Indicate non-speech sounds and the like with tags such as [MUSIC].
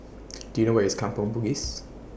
[NOISE] Do YOU know Where IS Kampong Bugis